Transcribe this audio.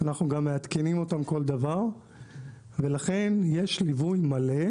אנחנו גם מעדכנים אותם בכל דבר ולכן יש ליווי מלא.